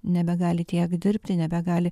nebegali tiek dirbti nebegali